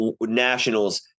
nationals